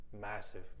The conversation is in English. massive